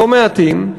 לא מעטים,